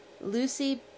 Lucy